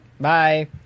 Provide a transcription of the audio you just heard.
Bye